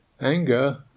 anger